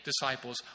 disciples